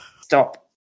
stop